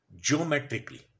geometrically